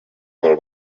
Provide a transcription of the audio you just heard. pel